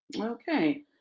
Okay